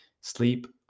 Sleep